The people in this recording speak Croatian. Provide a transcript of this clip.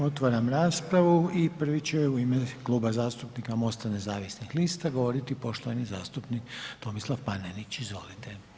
Otvaram raspravu i prvi će u ime Kluba zastupnika MOST-a nezavisnih lista govoriti poštovani zastupnik Tomislav Panenić, izvolite.